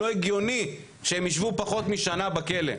לא הגיוני שהם יישבו פחות משנה בכלא,